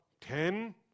ten